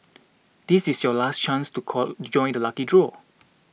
this is your last chance to core join the lucky draw